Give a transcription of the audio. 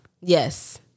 Yes